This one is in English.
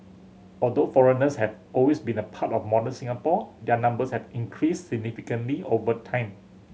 although foreigners have always been a part of modern Singapore their numbers have increased significantly over time